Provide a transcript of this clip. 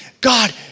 God